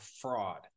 fraud